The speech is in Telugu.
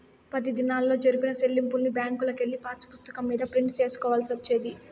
పది దినాల్లో జరిపిన సెల్లింపుల్ని బ్యాంకుకెళ్ళి పాసుపుస్తకం మీద ప్రింట్ సేసుకోవాల్సి వచ్చేది